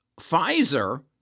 Pfizer